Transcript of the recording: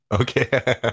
Okay